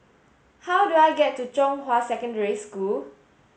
how do I get to Zhonghua Secondary School